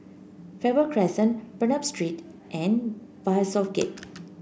Faber Crescent Bernam Street and Bishopsgate